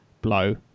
blow